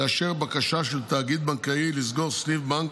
לאשר בקשה של תאגיד בנקאי לסגור סניף בנק